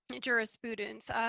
jurisprudence